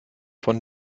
von